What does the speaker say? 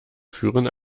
führen